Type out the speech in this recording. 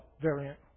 variant